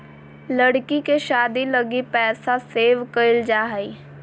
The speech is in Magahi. लड़की के शादी लगी पैसा सेव क़इल जा हइ